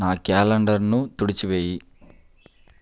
నా క్యాలెండర్ను తుడిచి వేయి